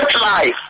life